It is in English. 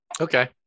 Okay